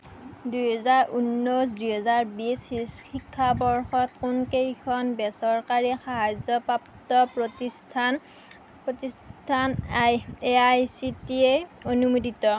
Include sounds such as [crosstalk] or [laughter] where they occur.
দুহেজাৰ ঊনৈছ দুহেজাৰ বিছ [unintelligible] শিক্ষাবৰ্ষত কোনকেইখন বেচৰকাৰী সাহায্যপ্ৰাপ্ত প্ৰতিষ্ঠান প্ৰতিষ্ঠান আই এআইচিটিই অনুমোদিত